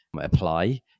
apply